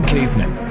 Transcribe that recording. Caveman